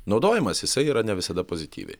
naudojamas jisai yra ne visada pozityviai